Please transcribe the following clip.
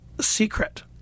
Secret